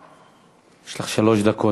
יש לך שלוש דקות.